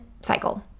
cycle